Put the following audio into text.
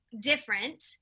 different